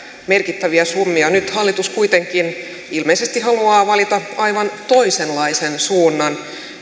merkittäviä summia nyt hallitus kuitenkin ilmeisesti haluaa valita aivan toisenlaisen suunnan